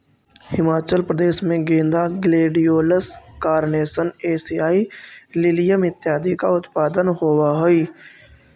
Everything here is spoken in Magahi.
हिमाचल प्रदेश में गेंदा, ग्लेडियोलस, कारनेशन, एशियाई लिलियम इत्यादि का उत्पादन होवअ हई